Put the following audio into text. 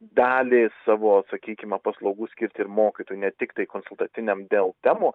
dalį savo sakykime paslaugų skirti ir mokytojų ne tiktai konsultaciniam dėl temų